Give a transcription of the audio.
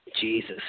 Jesus